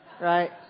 right